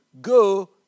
go